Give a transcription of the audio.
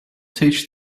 teach